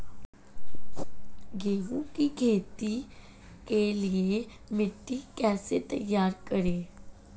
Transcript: गेहूँ की खेती के लिए मिट्टी कैसे तैयार करें?